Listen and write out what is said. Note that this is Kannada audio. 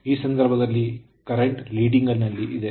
ಈ ಸಂದರ್ಭದಲ್ಲಿ ಪ್ರವಾಹವು current leading ಲೀಡಿಂಗ್ ನಲ್ಲಿ ಇದೇ